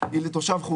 2ב זה שותפות